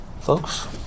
Folks